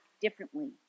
differently